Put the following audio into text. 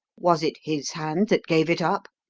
was it his hand that gave it up?